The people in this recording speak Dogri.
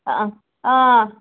आ हां